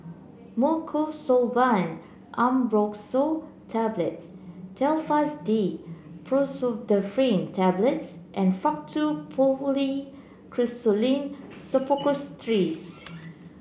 Mucosolvan AmbroxoL Tablets Telfast D Pseudoephrine Tablets and Faktu Policresulen Suppositories